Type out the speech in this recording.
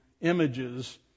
images